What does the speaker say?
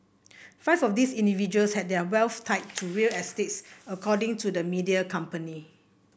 five of these individuals had their wealth tied to real estate according to the media company